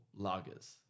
lagers